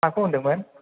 माखौ होनदोंमोन